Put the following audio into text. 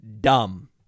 dumb